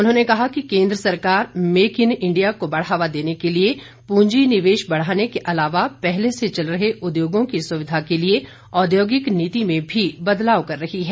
उन्होंने कहा कि केन्द्र सरकार मेक इन इंडिया को बढ़ावा देने के लिए पूंजी निवेश बढ़ाने के अलावा पहले से चल रहे उद्योगों की सुविधा के लिए औद्योगिक नीति में भी बदलाव कर रही है